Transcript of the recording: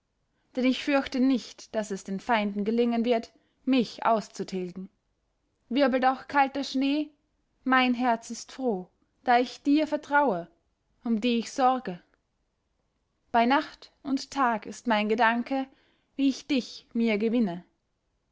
denn ich fürchte nicht daß es den feinden gelingen wird mich auszutilgen wirbelt auch kalter schnee mein herz ist froh da ich dir vertraue um die ich sorge bei nacht und tag ist mein gedanke wie ich dich mir gewinne